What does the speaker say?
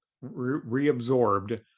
reabsorbed